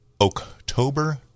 October